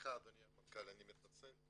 סליחה אדוני המנכ"ל אני מתנצל,